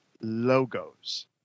logos